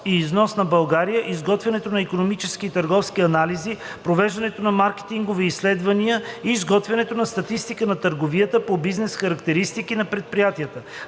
и износ на България, изготвянето на икономически и търговски анализи, провеждането на маркетингови изследвания и изготвянето на статистика на търговията по бизнес характеристики на предприятията.